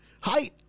Hi